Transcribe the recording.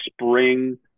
spring –